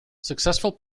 successful